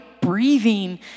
breathing